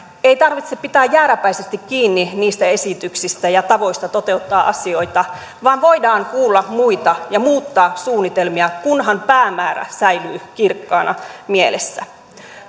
ei tarvitse pitää jääräpäisesti kiinni niistä esityksistä ja tavoista toteuttaa asioita vaan voidaan kuulla muita ja muuttaa suunnitelmia kunhan päämäärä säilyy kirkkaana mielessä